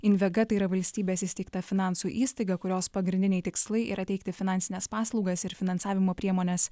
invega tai yra valstybės įsteigta finansų įstaiga kurios pagrindiniai tikslai yra teikti finansines paslaugas ir finansavimo priemones